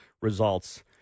results